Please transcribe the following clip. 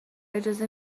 اجازه